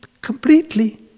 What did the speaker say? completely